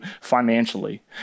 financially